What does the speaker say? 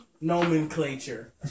nomenclature